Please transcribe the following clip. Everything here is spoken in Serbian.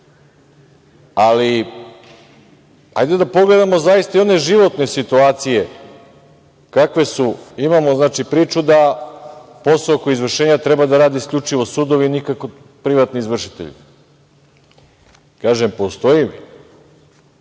hajde da pogledamo zaista i one životne situacije kakve su, znači imamo priču da posao oko izvršenja treba da rade isključivo sudovi, nikako privatni izvršitelji. Kažem, postoji ta